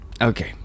okay